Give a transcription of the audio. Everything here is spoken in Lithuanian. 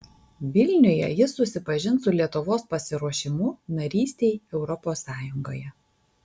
vilniuje jis susipažins su lietuvos pasiruošimu narystei europos sąjungoje